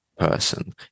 person